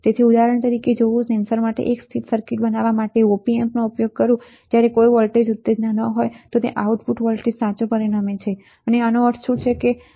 તેથી ઉદાહરણ તરીકે જો હું સેન્સર માટે એક સ્થિત સર્કિટ બનાવવા માટે op amp નો ઉપયોગ કરું જ્યારે કોઈ ઉત્તેજના ન હોય તો તે આઉટપુટ વોલ્ટેજ સાચો પરિણમે છે કે આનો અર્થ શું છે ઉપરના વાક્યનો અર્થ શું છે